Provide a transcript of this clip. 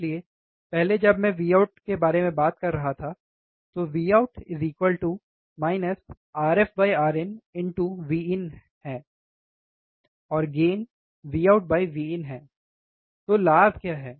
इसलिए पहले जब मैं Voutबारे में बात कर रहा था Vout Rf Rin Vin Gain Vout Vin तो लाभ क्या है